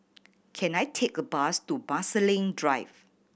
can I take a bus to Marsiling Drive